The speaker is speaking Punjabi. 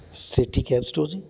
ਸੇਠੀ ਕੈਬ ਸਟੋਰ ਜੀ